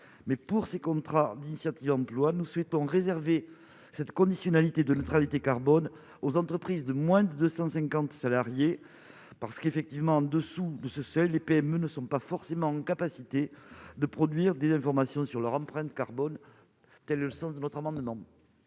mais pour ces contrats initiative-emploi nous souhaitons réservé cette conditionnalité de neutralité carbone aux entreprises de moins de 250 salariés parce qu'effectivement en dessous de ce seuil, les PME ne sont pas forcément capacité de produire des informations sur leur empreinte carbone, tels que le sens de notre amendement.